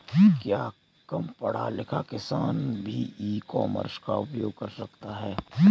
क्या कम पढ़ा लिखा किसान भी ई कॉमर्स का उपयोग कर सकता है?